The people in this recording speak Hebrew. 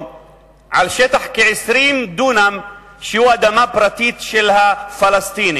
על שטח של כ-20 דונם של אדמה פרטית של הפלסטינים.